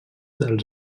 dels